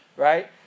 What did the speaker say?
right